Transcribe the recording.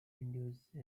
induce